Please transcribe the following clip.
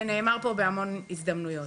זה נאמר פה בהמון הזדמנויות